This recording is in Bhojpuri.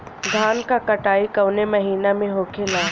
धान क कटाई कवने महीना में होखेला?